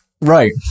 right